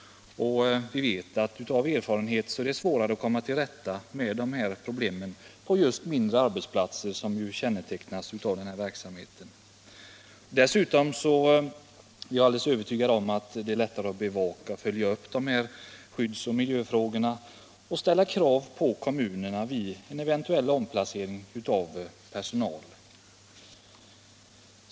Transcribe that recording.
Vi vet av erfarenhet att det är svårare att komma till rätta med dessa problem på de mindre arbetsplatser som kännetecknar 79 just denna typ av verksamhet. Dessutom är jag alldeles övertygad om att det vid kommunal anställning är lättare att bevaka och följa upp dessa skyddsoch miljöfrågor och att ställa krav på arbetsgivaren vid eventuell omplacering av personal.